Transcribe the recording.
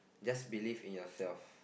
just believe in yourself